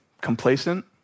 complacent